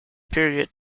period